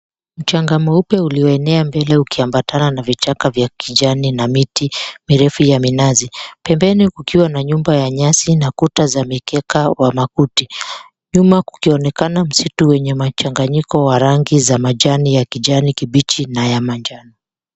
Mchanga mweupe ulioenea mbele ukiambatana na vichaka vya kijani na miti mirefu ya minazi. Pembeni kukiwa na nyumba ya nyasi na kuta za mikeka wa makuti. Nyuma kukionekana msitu wenye machanganyiko wa rangi za majani ya kijani kibichi na ya manjano.